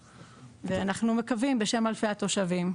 ואנחנו מקווים בשם אלפי התושבים,